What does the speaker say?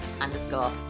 underscore